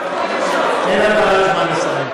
אין הגבלת זמן?